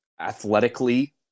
athletically